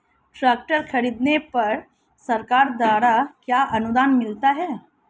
Tractor खरीदने पर सरकार द्वारा क्या अनुदान मिलता है?